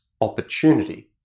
opportunity